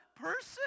person